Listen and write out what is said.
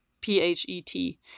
P-H-E-T